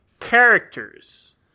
characters